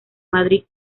madrid